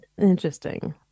interesting